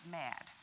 mad